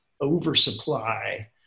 oversupply